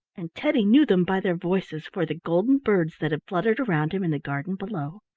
and teddy knew them by their voices for the golden birds that had fluttered around him in the garden below.